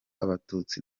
abatutsi